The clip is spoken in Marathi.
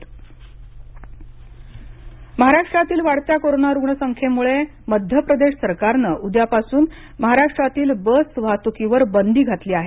मध्यप्रदेश बसबंदी महाराष्ट्रातील वाढत्या कोरोना रुग्णसंख्येमुळे मध्य प्रदेश सरकारने उद्यापासून महाराष्ट्रातील बस वाहतुकीवर बंदी घातली आहे